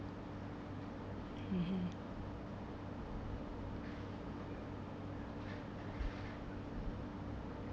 mmhmm